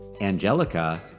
Angelica